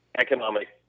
economic